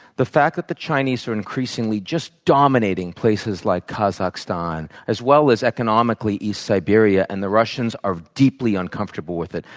the fact that the chinese are increasingly just dominated places like kazakhstan, as well as economically east siberia and the russians are deeply uncomfortable with it.